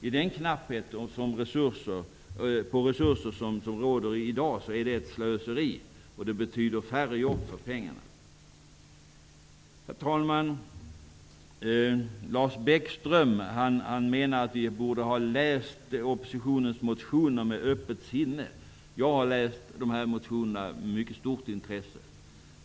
I den knapphet på resurser som råder i dag är det ett slöseri, och det betyder färre jobb för pengarna. Herr talman! Lars Bäckström menar att vi borde ha läst oppositionens motioner med öppet sinne. Jag har läst de här motionerna med mycket stort intresse.